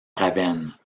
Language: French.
ravenne